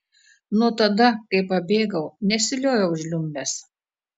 nuo tada kai pabėgau nesilioviau žliumbęs